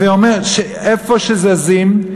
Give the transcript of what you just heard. הווי אומר שאיפה שזזים,